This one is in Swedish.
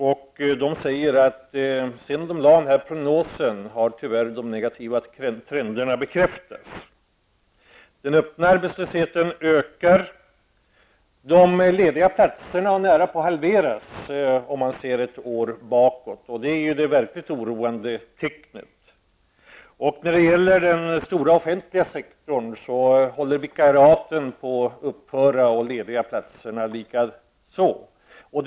De säger att sedan prognosen lades fram har de negativa trenderna tyvärr bekräftats. Den öppna arbetslösheten ökar. Antalet lediga platser har nästan halverats om man jämför med hur det såg ut för ett år sedan. Det är det verkligen oroande tecknet. Inom den stora offentliga sektorn håller både vikariaten och de lediga platserna på att upphöra.